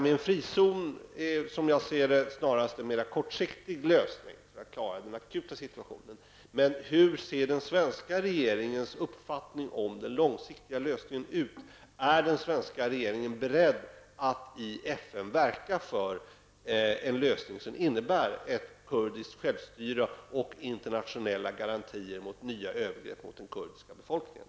En frizon är, som jag ser det, snarast en mera kortsiktig lösning för att klara den akuta situationen. Hur ser den svenska regeringens uppfattning om den långsiktiga lösningen ut? Är den svenska regeringen beredd att i FN verka för en lösning som innebär ett kurdiskt självstyre och internationella garantier mot nya övergrepp mot den kurdiska befolkningen?